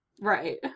Right